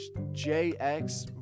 JX